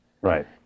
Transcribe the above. Right